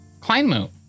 Kleinmoot